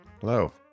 Hello